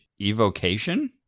evocation